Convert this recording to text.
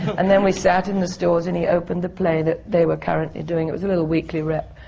and then we sat in the stalls, and he opened the play that they were currently doing. it was a little weekly rep.